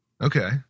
Okay